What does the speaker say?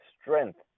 strength